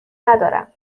ندارم